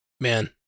man